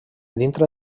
dintre